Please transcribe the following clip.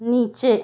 नीचे